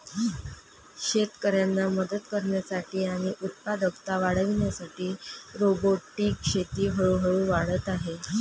शेतकऱ्यांना मदत करण्यासाठी आणि उत्पादकता वाढविण्यासाठी रोबोटिक शेती हळूहळू वाढत आहे